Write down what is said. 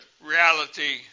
reality